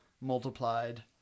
multiplied